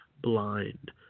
blind